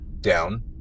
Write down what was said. down